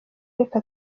reka